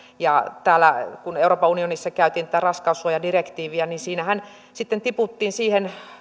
kun euroopan unionissa käytiin tätä raskaussuojadirektiiviä niin siinähän sitten tiputtiin siihen